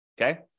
Okay